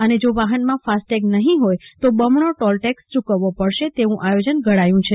અને જો વા હનમાં ફાસ્ટેગ નહીં હોય તો બમણો ટેક્ષ ચૂકવવો પડશે તેવું આયોજન ઘડાયું છે